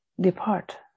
depart